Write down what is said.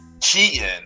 cheating